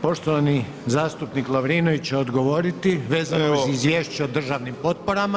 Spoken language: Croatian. Poštovani zastupnik Lovrinović se odgovoriti vezano uz izvješće o državnim potporama.